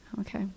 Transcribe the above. Okay